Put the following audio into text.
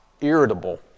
irritable